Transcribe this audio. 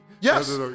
yes